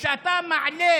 וכשאתה מעלה